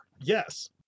Yes